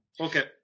Okay